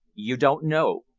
you don't know?